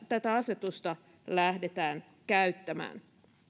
tätä asetusta lähdetään käyttämään